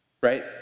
Right